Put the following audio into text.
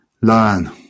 learn